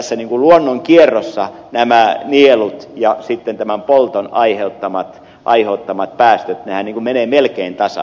mutta tässä luonnon kierrossa nämä nielut ja sitten tämän polton aiheuttamat päästöt nehän niin kuin menevät melkein tasan